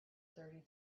thirty